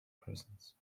prisons